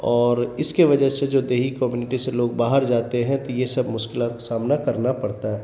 اور اس کے وجہ سے جو دیہی کمیونٹی سے لوگ باہر جاتے ہیں تو یہ سب مشکلات کا سامنا کرنا پرتا ہے